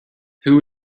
who